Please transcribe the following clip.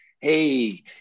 Hey